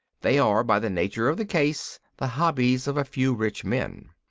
they are, by the nature of the case, the hobbies of a few rich men.